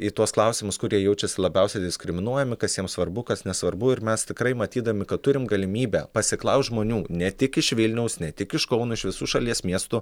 į tuos klausimus kur jie jaučiasi labiausiai diskriminuojami kas jiem svarbu kas nesvarbu ir mes tikrai matydami kad turim galimybę pasiklaust žmonių ne tik iš vilniaus ne tik iš kauno iš visų šalies miestų